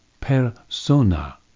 persona